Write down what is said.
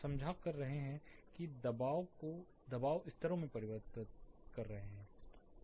समझा कर रहे हैं कि दबाव को दबाव स्तरों में परिवर्तित कर रहे हैं